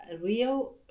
Rio